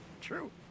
True